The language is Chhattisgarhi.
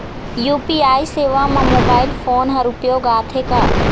यू.पी.आई सेवा म मोबाइल फोन हर उपयोग आथे का?